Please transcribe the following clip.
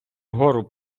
вгору